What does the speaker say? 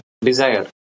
desire